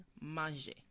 manger